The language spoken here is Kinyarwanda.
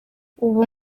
ubu